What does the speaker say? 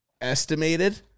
estimated